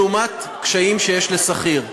לעומת קשיים שיש לשכיר.